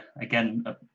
again